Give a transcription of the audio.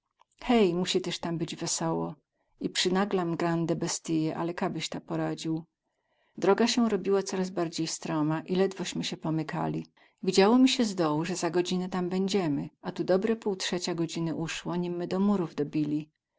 hej musi tyz tam być wesoło i przynaglam grandę bestyję ale ka byś ta poradził droga sie robiła coraz bardziej stroma i ledwośmy sie pomykali widziało mi sie z dołu ze za godzinę tam bedziemy a tu dobre półtrzecia godziny usło nim my do murów dobili